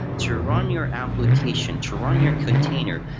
to run your application, to run your container,